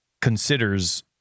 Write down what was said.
considers